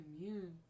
Immune